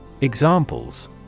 Examples